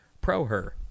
pro-her